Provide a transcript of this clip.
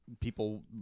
People